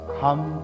come